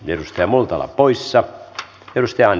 virusten multalan poissa krystian